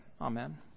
Amen